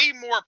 more